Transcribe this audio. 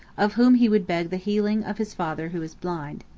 of whom he would beg the healing of his father who is blind.